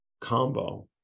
combo